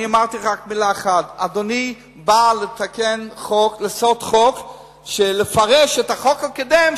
אני אמרתי רק מלה אחת: אדוני בא לעשות חוק לפרש את החוק הקודם,